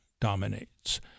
dominates